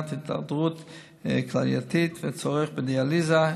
למניעת הידרדרות כלייתית והצורך בדיאליזה,